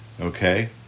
Okay